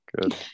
Good